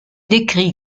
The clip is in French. décrit